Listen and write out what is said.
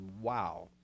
wow